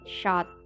shot